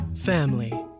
family